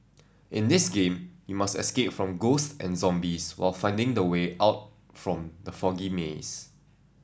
in this game you must escape from ghosts and zombies while finding the way out from the foggy maze